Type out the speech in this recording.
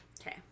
Okay